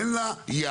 אין לה ים,